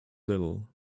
little